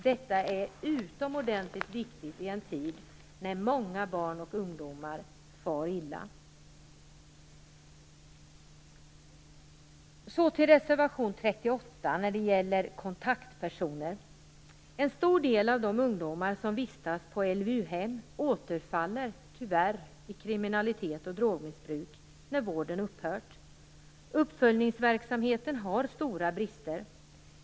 Detta är utomordentligt viktigt i en tid när många barn och ungdomar far illa. Så vill jag gå till reservation 38 om kontaktpersoner. En stor del av de ungdomar som vistas på LVU hem återfaller tyvärr i kriminalitet och drogmissbruk när vården upphört. Uppföljningsverksamheten har stora brister.